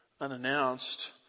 unannounced